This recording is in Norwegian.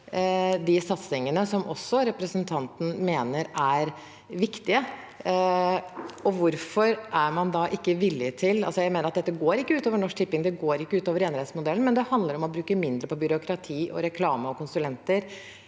de satsingene som også representanten mener er viktige. Jeg mener at dette ikke går ut over Norsk Tipping. Det går ikke ut over enerettsmodellen, men det handler om å bruke mindre på byråkrati, reklame og konsulenter.